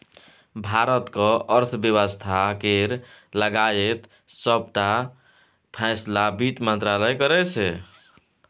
भारतक अर्थ बेबस्था केर लगाएत सबटा फैसला बित्त मंत्रालय करै छै